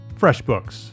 FreshBooks